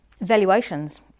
Valuations